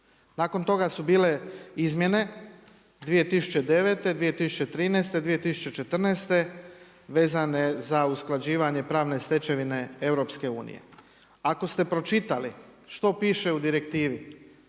Nakon toga su bile izmjene 2009., 2013., 2014. vezane za usklađivanje pravne stečevine EU. Ako ste pročitali što piše u direktivi